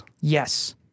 Yes